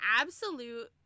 absolute